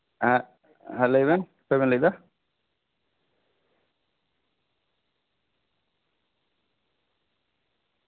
ᱦᱮᱸᱜ ᱦᱮᱸ ᱞᱟᱹᱭ ᱵᱮᱱ ᱚᱠᱚᱭ ᱵᱮᱱ ᱞᱟᱹᱭᱮᱫᱟ